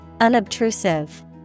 Unobtrusive